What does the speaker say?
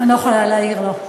אני לא יכולה להעיר לו.